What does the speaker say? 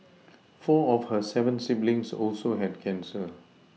four of her seven siblings also had cancer